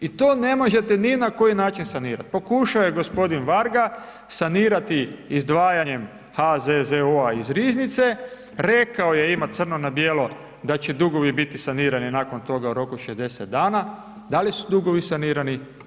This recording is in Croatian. I to ne možete ni na koji način sanirati, pokušao je g. Varga sanirati izdvajanjem HZZO-a iz riznice, rekao je ima crno na bijelo da će dugovi biti sanirani nakon toga u roku 60 dana, da li su dugovi sanirani?